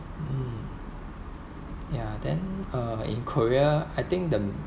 mm ya then uh in korea I think the